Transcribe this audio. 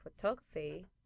photography